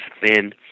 thin